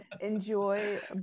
Enjoy